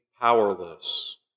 powerless